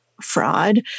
fraud